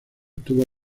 tuvo